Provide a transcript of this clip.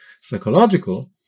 Psychological